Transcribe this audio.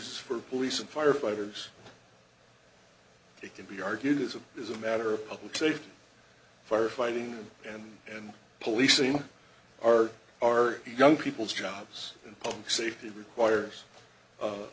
for police and firefighters it can be argued is a is a matter of public safety fire fighting and and policing are our young people's jobs and public safety requires a